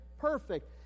perfect